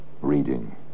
reading